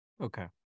Okay